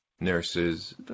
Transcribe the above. nurses